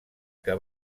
que